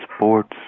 sports